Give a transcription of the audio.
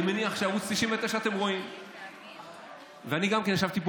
אני מניח שאתם רואים ערוץ 99. ואני גם כן ישבתי פה